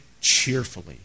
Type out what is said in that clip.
cheerfully